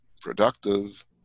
productive